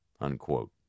unquote